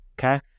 Okay